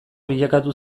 bilakatu